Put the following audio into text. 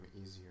easier